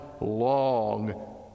long